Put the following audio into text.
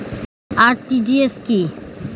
RTGS কি?